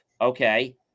okay